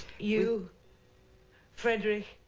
you frederick